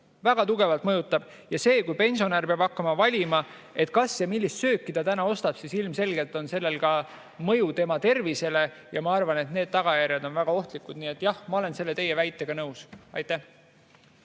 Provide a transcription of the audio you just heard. Väga tugevalt mõjub. See, kui pensionär peab hakkama valima, kas ja millist sööki ta täna ostab, ilmselgelt mõjub ka tema tervisele, ja ma arvan, et need tagajärjed on väga ohtlikud. Nii et jah, ma olen teie väitega nõus. Dmitri